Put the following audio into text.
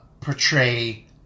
portray